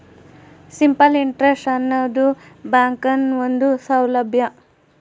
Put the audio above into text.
simple interest ಆನದು ಬ್ಯಾಂಕ್ನ ಒಂದು ಸೌಲಬ್ಯಾ